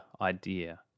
idea